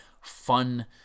fun